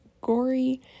gory